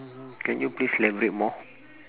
can you please elaborate more